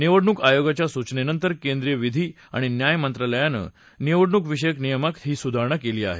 निवडणूक आयोगाच्या सूचनेनंतर केंद्रीय विधी आणि न्याय मंत्रालयानं निवडणूक विषयक नियमात ही सुधारणा केली आहे